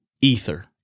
Ether